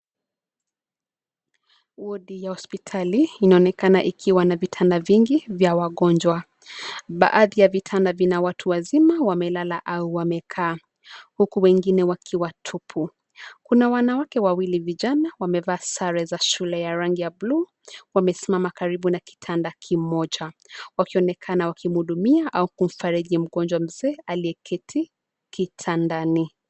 Wodi ya hospitali inaonekana ikiwa na vitanda vingi vya wagonjwa. Baadhi ya vitanda vina watu wazima wamelala au wamekaa, huku wengine wakiwa tupu. Kuna wanawake wawili vijana wamevaa sare za shule ya rangi ya buluu, wamesimama karibu na kitanda kimoja wakionekana wakimhudumia au kumfariji mgonjwa mzee aliyeketi kitandani.